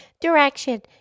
direction